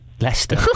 Leicester